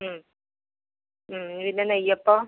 ഉം ഉം പിന്നെ നെയ്യപ്പം